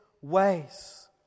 ways